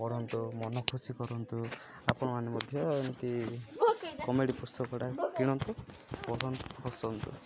ପଢ଼ନ୍ତୁ ମନ ଖୁସି କରନ୍ତୁ ଆପଣମାନେ ମଧ୍ୟ ଏମିତି କମେଡ଼ି ପୁସ୍ତକଟା କିଣନ୍ତୁ ପଢ଼ନ୍ତୁ ହସନ୍ତୁ